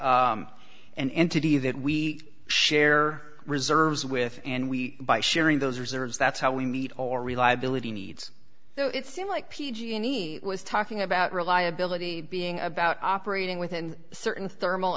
an entity that we share reserves with and we buy sharing those reserves that's how we meet or reliability needs so it seemed like p g any was talking about reliability being about operating within certain thermal